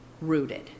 rooted